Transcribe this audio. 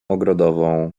ogrodową